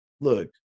look